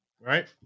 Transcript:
right